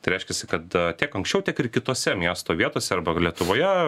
tai reiškiasi kad tiek anksčiau tiek ir kitose miesto vietose arba lietuvoje